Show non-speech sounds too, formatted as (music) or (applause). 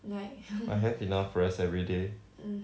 like (laughs) mm